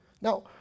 Now